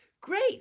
great